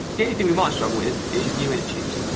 the only thing we might struggle with is new inner tubes,